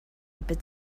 but